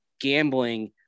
gambling